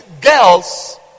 girls